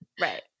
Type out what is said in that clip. Right